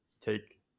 take